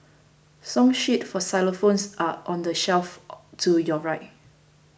song sheets for xylophones are on the shelf to your right